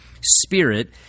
spirit